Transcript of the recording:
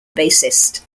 bassist